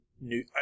New